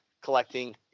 collecting